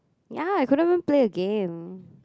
ya I couldn't even play a game